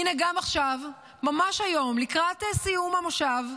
הינה, גם עכשיו, ממש היום, לקראת סיום המושב,